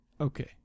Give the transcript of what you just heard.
Okay